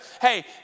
Hey